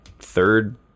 third